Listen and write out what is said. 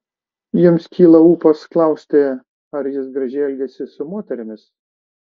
jums kyla ūpas klausti ar jis gražiai elgiasi su moterimis